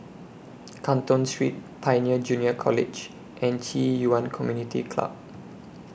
Canton Street Pioneer Junior College and Ci Yuan Community Club